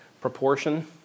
proportion